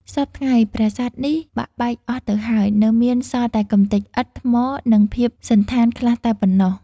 សព្វថ្ងៃ ប្រាសាទនេះ បាក់បែកអស់ទៅហើយ នៅមានសល់តែកម្ទេចឥដ្ឋ ថ្ម និងភាពសណ្ឋានខ្លះតែប៉ុណ្ណោះ ។